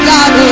God